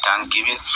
thanksgiving